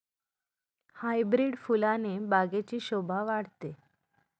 hybrid फुलाने बागेची शोभा वाढते